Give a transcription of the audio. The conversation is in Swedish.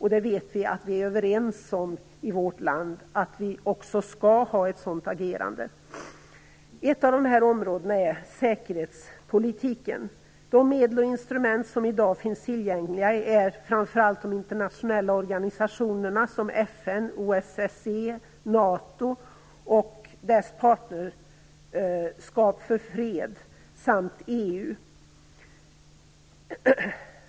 I vårt land är vi ju överens om att vi också skall ha ett sådant agerande. Ett av de områdena är säkerhetspolitiken. De medel och instrument som i dag finns tillgängliga är framför allt de internationella organisationerna - t.ex. FN, OSSE samt NATO och dess Partnerskap för fred, men också EU.